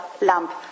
lamp